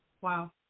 Wow